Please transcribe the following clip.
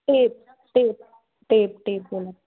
tape tape tape tape